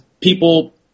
people